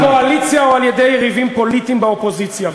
בקואליציה או על-ידי יריבים פוליטיים באופוזיציה.